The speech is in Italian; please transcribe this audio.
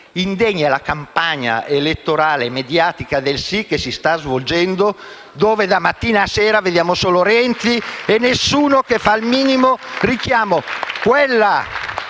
Indegna è la campagna elettorale e mediatica del sì, che si sta svolgendo, dove da mattina a sera vediamo solo Renzi e non c'è nessuno che faccia un minimo richiamo.